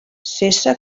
cessa